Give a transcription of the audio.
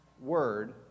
word